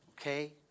Okay